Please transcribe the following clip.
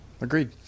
agreed